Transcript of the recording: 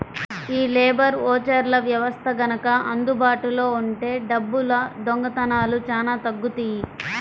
యీ లేబర్ ఓచర్ల వ్యవస్థ గనక అందుబాటులో ఉంటే డబ్బుల దొంగతనాలు చానా తగ్గుతియ్యి